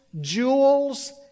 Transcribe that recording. jewels